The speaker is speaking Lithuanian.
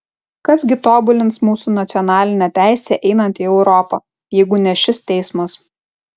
kas gi tobulins mūsų nacionalinę teisę einant į europą jeigu ne šis teismas